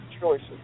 choices